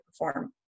perform